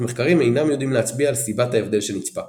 אך מחקרים אינם יודעים להצביע על סיבת ההבדל שנצפה.